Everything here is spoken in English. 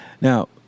Now